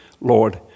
Lord